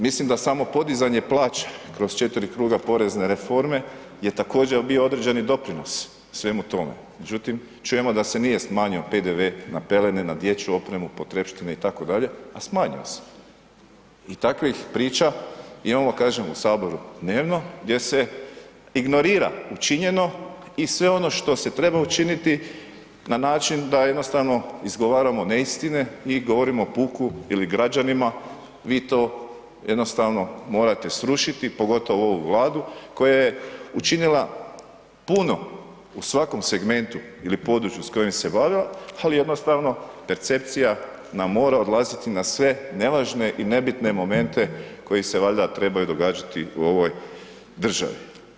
Mislim da samo podizanje plaće kroz 4 kruga porezne reforme je također bio određeni doprinos svemu tome, međutim čujemo da se nije smanjio PDV na pelene, na dječju opremu, potrepštine itd., a smanjio se i takvih priča imamo kažem u saboru dnevno gdje se ignorira učinjeno i sve ono što se treba učiniti na način da jednostavno izgovaramo neistine i govorimo puku ili građanima vi to jednostavno morate srušiti, pogotovo ovu Vladu koja je učinila puno u svakom segmentu ili području s kojim se bavila, ali jednostavno percepcija nam mora odlaziti na sve nevažne i nebitne momente koji se valjda trebaju događati u ovoj državi.